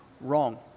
wrong